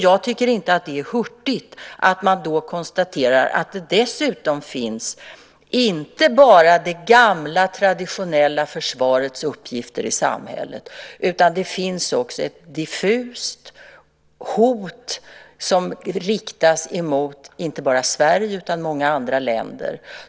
Jag tycker inte att det är hurtigt att man konstaterar att det dessutom finns inte bara det gamla traditionella förvarets uppgifter i samhället utan också ett diffust hot som riktas mot inte bara Sverige utan många andra länder.